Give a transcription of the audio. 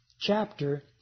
chapter